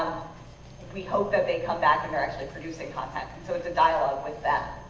we hope that they come back and they're actually producing contact. and so it's a dialogue with them.